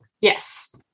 Yes